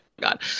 god